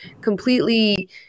completely